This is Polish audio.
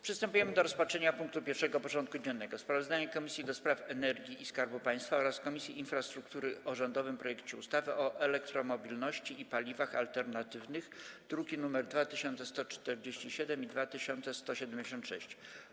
Przystępujemy do rozpatrzenia punktu 1. porządku dziennego: Sprawozdanie Komisji do Spraw Energii i Skarbu Państwa oraz Komisji Infrastruktury o rządowym projekcie ustawy o elektromobilności i paliwach alternatywnych (druki nr 2147 i 2176)